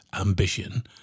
ambition